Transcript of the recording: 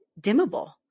dimmable